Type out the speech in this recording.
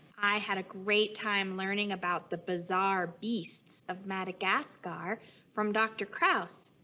i had a great time learning about the bizarre beasts of madagascar from dr krause.